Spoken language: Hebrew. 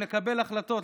לקבל החלטות,